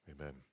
amen